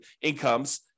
incomes